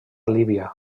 líbia